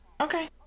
Okay